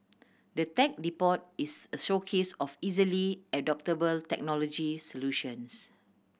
the Tech Depot is a showcase of easily adoptable technology solutions